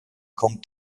kommt